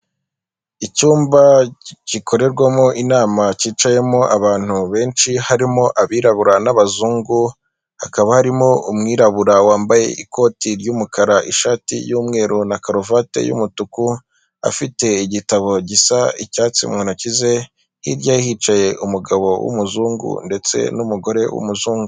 Icyumba gikorerwamo inama kicayemo abantu benshi harimo abirabura n'abazungu hakaba harimo umwirabura wambaye ikoti ry'umukara, ishati y'umweru na karovate y'umutuku, afite igitabo gisa icyatsi mu ntoki ze, hirya ye hicaye umugabo w'umuzungu ndetse n'umugore w'umuzungu.